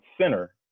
center